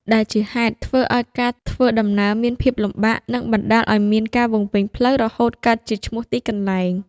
ដែលជាហេតុធ្វើឲ្យការធ្វើដំណើរមានភាពលំបាក និងបណ្តាលឲ្យមានការវង្វេងផ្លូវរហូតកើតជាឈ្មោះទីកន្លែង។